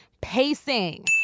pacing